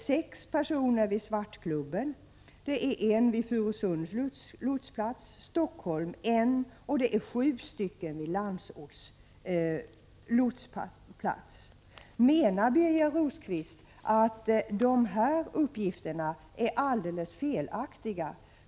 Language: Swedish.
Sex tjänster vid Svartklubben, en tjänst vid Furusunds lotsplats, en i Stockholm och sju vid Landsorts lotsplats. Menar Birger Rosqvist att dessa uppgifter är alldeles felaktiga?